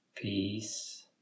Peace